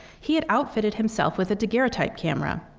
he had outfitted himself with a daguerreotype camera.